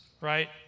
right